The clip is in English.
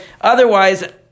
otherwise